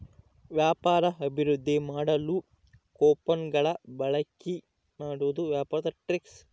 ವ್ಯಾಪಾರ ಅಭಿವೃದ್ದಿ ಮಾಡಲು ಕೊಪನ್ ಗಳ ಬಳಿಕೆ ಮಾಡುವುದು ವ್ಯಾಪಾರದ ಟ್ರಿಕ್ಸ್